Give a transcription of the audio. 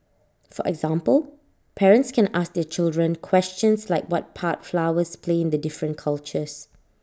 for example parents can ask their children questions like what part flowers play in the different cultures